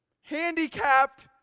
handicapped